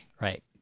right